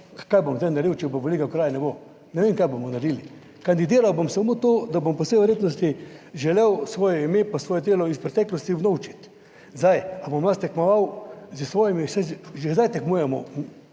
Kaj bom zdaj naredil, če bo veliko / nerazumljivo/, ne bo, ne vem, kaj bomo naredili. Kandidiral bom samo to, da bom po vsej verjetnosti želel svoje ime pa svoje delo iz preteklosti unovčiti. Zdaj, ali bom jaz tekmoval s svojimi,